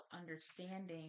understanding